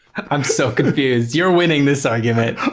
i'm so confused you're winning this argument